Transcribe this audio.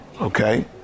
Okay